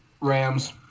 Rams